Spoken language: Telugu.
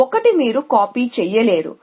1 మీరు కాపీ చేయలేరు